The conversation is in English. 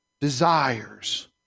desires